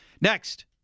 Next